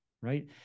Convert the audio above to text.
right